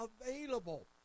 available